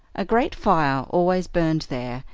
a great fire always burned there,